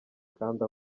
kandi